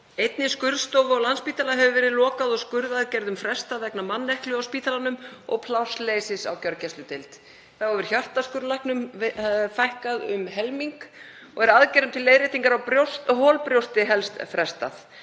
Einni skurðstofu á Landspítala hefur verið lokað og skurðaðgerðum frestað vegna manneklu á spítalanum og plássleysis á gjörgæsludeild. Þá hefur hjartaskurðlæknum fækkað um helming og er aðgerðum til leiðréttingar á holbrjósti helst frestað.